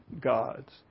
gods